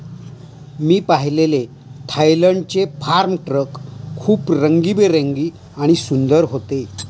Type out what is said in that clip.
मी पाहिलेले थायलंडचे farm truck खूप रंगीबेरंगी आणि सुंदर होते